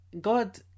god